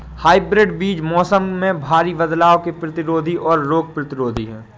hybrid बीज मौसम में भारी बदलाव के प्रतिरोधी और रोग प्रतिरोधी हैं